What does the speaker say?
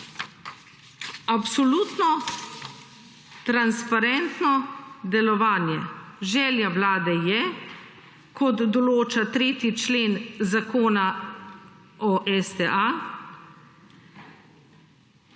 absolutno transparentno delovanje. Želja vlade je, kot določa 3. člen Zakona o STA,